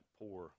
poor